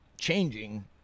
changing